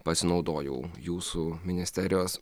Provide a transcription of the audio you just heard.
pasinaudojau jūsų ministerijos